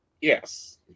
Yes